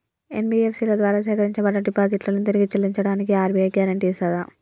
NBFC ల ద్వారా సేకరించబడ్డ డిపాజిట్లను తిరిగి చెల్లించడానికి ఆర్.బి.ఐ గ్యారెంటీ ఇస్తదా?